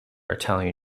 italian